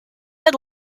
had